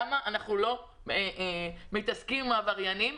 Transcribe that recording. למה אנחנו לא מתעסקים עם העבריינים,